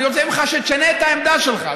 אני רוצה ממך שתשנה את העמדה שלך,